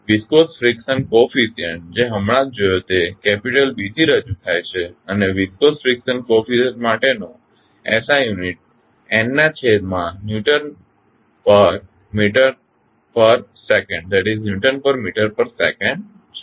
viscous friction coefficient જે હમણાં જ જોયો તે કેપીટલ B થી રજૂ થાય છે અને વિસ્કોસ ફ્રિકશન કોફીશિયન્ટ માટેનો SI યુનિટ n ના છેદમાં newton per metre per second છે